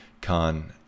Khan